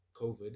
COVID